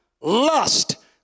lust